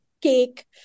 cake